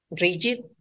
rigid